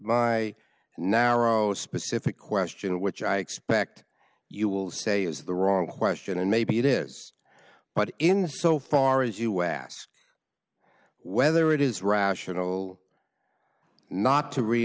my narrow specific question which i expect you will say is the wrong question and maybe it is but in the so far as you ask whether it is rational not to re